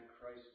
Christ